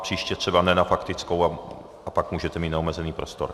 Příště třeba ne na faktickou a pak můžete mít neomezený prostor.